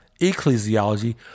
ecclesiology